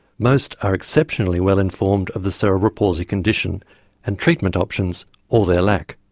most are exceptionally well informed of the cerebral palsy condition and treatment options or their lack.